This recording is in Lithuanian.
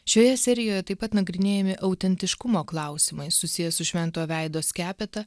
šioje serijoje taip pat nagrinėjami autentiškumo klausimai susiję su šventojo veido skepeta